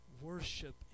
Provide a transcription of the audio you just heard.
Worship